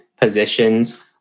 positions